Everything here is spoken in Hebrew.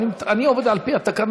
אני עובד על פי התקנון,